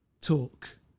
talk